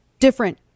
Different